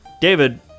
David